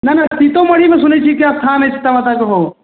नऽ नऽ सीतोमाढ़ीमे सुनै छियै कि स्थान हइ सीता माताके बहुत